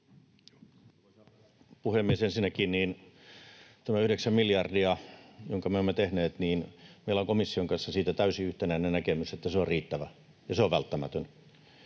puhemies! Ensinnäkin tämä yhdeksän miljardia, jonka me olemme tehneet: meillä on komission kanssa siitä täysin yhtenäinen näkemys, että se on riittävä ja se on välttämätön,